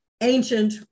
ancient